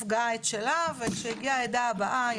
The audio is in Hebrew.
ספגה את שלה וכשהגיעה העדה הבאה,